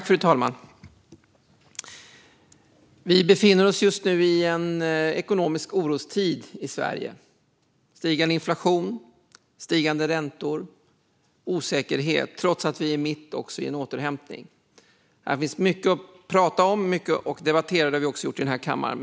Fru talman! Vi befinner oss just nu i en ekonomisk orostid i Sverige med stigande inflation, stigande räntor och osäkerhet, trots att vi också är mitt i en återhämtning. Här finns mycket att prata om och debattera, och det har vi också gjort i den här kammaren.